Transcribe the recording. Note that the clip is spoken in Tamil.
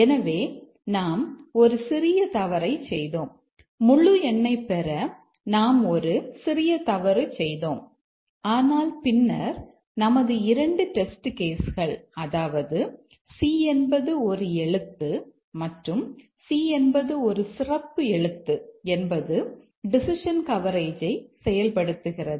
எனவே நாம் ஒரு சிறிய தவறைச் செய்தோம் முழு எண்ணைப் பெற நாம் ஒரு சிறிய தவறு செய்தோம் ஆனால் பின்னர் நமது 2 டெஸ்ட் கேஸ் கள் அதாவது c என்பது ஒரு எழுத்து மற்றும் c என்பது ஒரு சிறப்பு எழுத்து என்பது டெசிஷன் கவரேஜை செயல்படுத்துகிறது